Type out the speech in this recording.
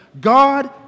God